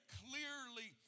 clearly